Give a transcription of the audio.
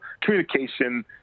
Communication